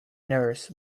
nurse